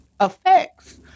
effects